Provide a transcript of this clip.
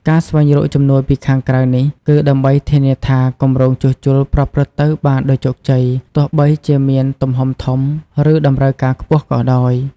ការស្វែងរកជំនួយពីខាងក្រៅនេះ គឺដើម្បីធានាថាគម្រោងជួសជុលប្រព្រឹត្តទៅបានដោយជោគជ័យ ទោះបីជាមានទំហំធំ ឬតម្រូវការខ្ពស់ក៏ដោយ។